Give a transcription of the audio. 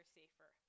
safer